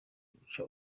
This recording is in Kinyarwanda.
guca